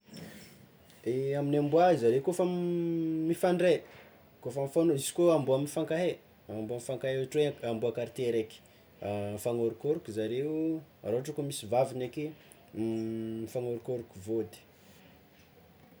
E amin'ny amboà zareo koa fa m- mifandray kôfa fam- izy koa amboa mifankahay amboa mifankahay ohatry hoe amboa kartie raiky, mifagnorokoroko zareo raha ohatra ka misy vaviny ake mifagnôrokôroko vôdy.